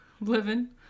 Living